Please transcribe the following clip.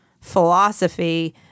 philosophy